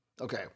Okay